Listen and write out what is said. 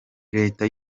leta